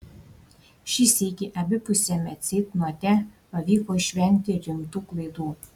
šį sykį abipusiame ceitnote pavyko išvengti rimtų klaidų